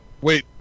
wait